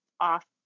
off